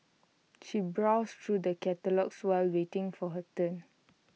she browsed through the catalogues while waiting for her turn